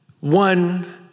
One